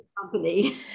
company